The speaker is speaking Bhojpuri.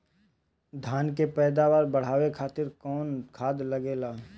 धान के पैदावार बढ़ावे खातिर कौन खाद लागेला?